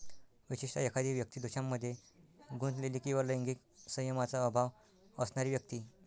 विशेषतः, एखादी व्यक्ती दोषांमध्ये गुंतलेली किंवा लैंगिक संयमाचा अभाव असणारी व्यक्ती